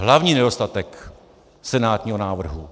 Hlavní nedostatek senátního návrhu.